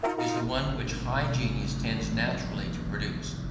is the one which high genius tends naturally to produce.